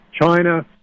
China